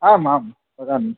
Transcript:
आमाम् वदामि